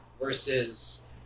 versus